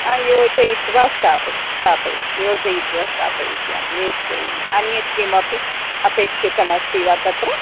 आ योजयित्वा स्थापय स्थापयित्वा योजयित्वा स्थापयिष्यामि निश्चयेन अन्यत् किमपि अपेक्षितमस्ति वा तत्र